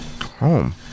Home